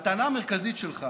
הטענה המרכזית שלך